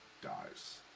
dies